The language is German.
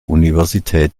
universität